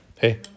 Hey